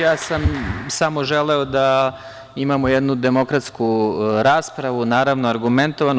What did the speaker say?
Ja sam samo želeo da imamo jednu demokratsku raspravu, naravno, argumentovanu.